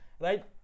right